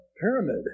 pyramid